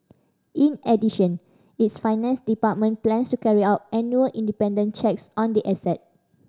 in addition its finance department plans to carry out annual independent checks on the asset